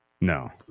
no